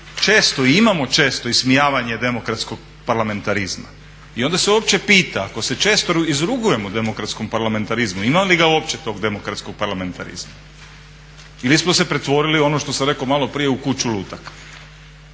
često i imao ismijavanje demokratskog parlamentarizima i onda se uopće pita ako se često izrugujemo demokratskom parlamentarizmu ima li ga uopće tog demokratskog parlamentarizma ili smo se pretvorili u ono što sam rekao maloprije u kuću lutaka?